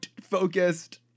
focused